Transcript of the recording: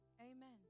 Amen